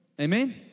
Amen